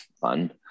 fun